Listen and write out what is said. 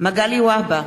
מגלי והבה,